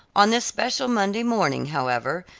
on this special monday morning, however,